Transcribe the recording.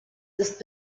ist